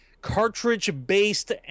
cartridge-based